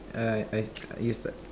I I you start